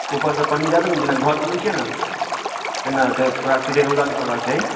ऊपरसँ पन्नी दए देबै जेना घर बनबै छियै ने तेना रहतै ओकरा सीधे रौदा नहि पड़बाक चाही